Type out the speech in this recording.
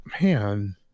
man